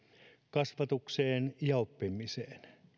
kasvatukseen ja oppimiseen